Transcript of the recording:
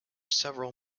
several